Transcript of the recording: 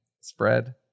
spread